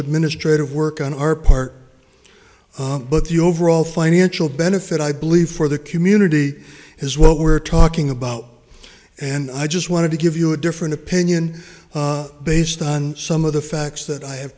administrative work on our part but the overall financial benefit i believe for the community is what we're talking about and i just wanted to give you a different opinion based on some of the facts that i have